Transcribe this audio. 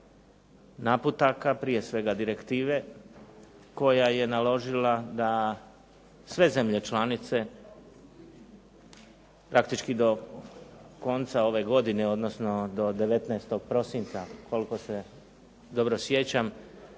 naputaka, prije svega direktive koja je naložila da sve zemlje članice, praktički do konca ove godine odnosno do 19. prosinca koliko se dobro sjećam,